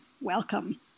welcome